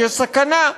יש סכנה,